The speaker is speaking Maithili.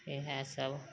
इहए सब